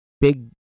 big